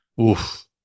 Oof